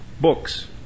books